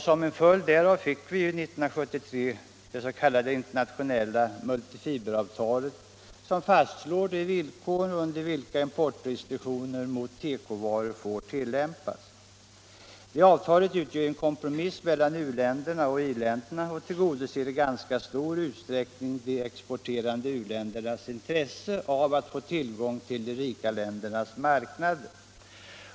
Som en följd därav fick vi 1973 det s.k. internationella multifiberavtalet, som fastslår de villkor under vilka importrestriktioner mot tekovaror får tilllämpas. Det avtalet utgör en kompromiss mellan u-länderna och i-länderna och tillgodoser i ganska stor utsträckning de exporterande u-ländernas intresse av att få tillgång till de rika ländernas marknader.